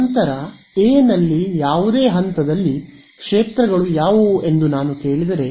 ನಂತರ ಎ ನಲ್ಲಿ ಯಾವುದೇ ಹಂತದಲ್ಲಿ ಕ್ಷೇತ್ರಗಳು ಯಾವುವು ಎಂದು ನಾನು ಕೇಳಿದರೆ